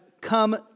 come